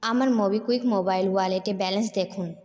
আমার MobiKwik mobile ওয়ালেটে balance দেখুন